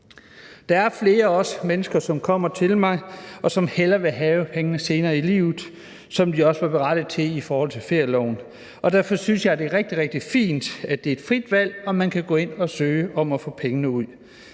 Der er også flere mennesker, som er kommet til mig og har sagt, at de hellere ville have pengene udbetalt senere i livet, hvilket de også er berettiget til i forhold til ferieloven, og derfor synes jeg, at det er rigtig, rigtig fint, at det er et frit valg. Man kan gå ind og søge om at få pengene